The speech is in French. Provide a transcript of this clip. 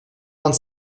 vingt